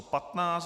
15.